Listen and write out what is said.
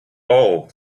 all